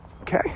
okay